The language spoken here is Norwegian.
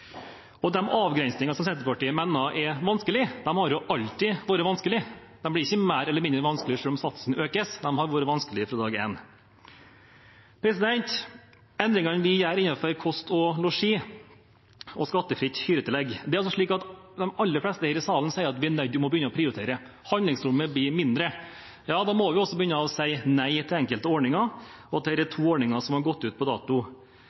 er den helt omvendt, og det mener jeg er en populistisk måte å drive politikk på. De avgrensningene som Senterpartiet mener er vanskelige, har alltid vært vanskelige. De blir ikke mer eller mindre vanskelig selv om satsen økes. De har vært vanskelige fra dag én. Når det gjelder endringene vi gjør innenfor kost og losji og skattefritt hyretillegg, er det slik at de aller fleste her i salen sier at vi er nødt til å begynne å prioritere. Handlingsrommet blir mindre. Da må vi også begynne å si nei til enkelte ordninger, og dette er